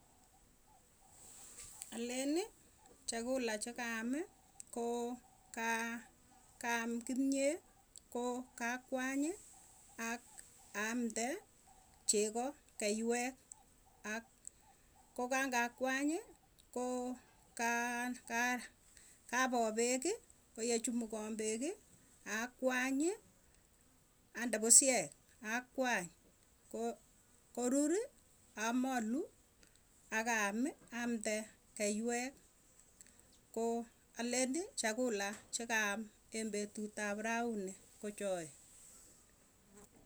Aleni chakula chekaami koo kaa kaam kimyee, ko kakwany ak aamde chego keiwek ak. Kokangakwany ko kaa kaa kapoo peeki, koyechumukan peeki akwany ande pusyek, akwany ko koruri amalu akaam amde keiwek. Ko aleni chakula chekam en petut ap rauni kochoe.